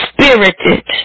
spirited